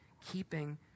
keeping